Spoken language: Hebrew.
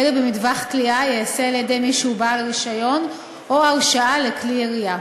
ירי במטווח קליעה ייעשה על-ידי מישהו בעל רישיון או הרשאה לכלי ירייה.